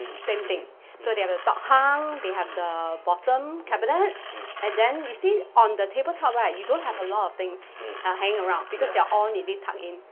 same thing so they have a top hung, they have the bottom cabinets and then you see on the table top right, you don't have a lot of things hanging around because they are all neatly tucked in,